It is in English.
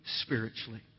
spiritually